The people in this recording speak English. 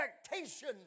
expectation